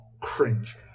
cringe